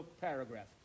Paragraph